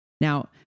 Now